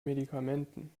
medikamenten